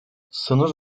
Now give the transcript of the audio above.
sınır